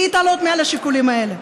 להתעלות מעל השיקולים האלה.